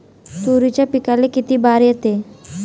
तुरीच्या पिकाले किती बार येते?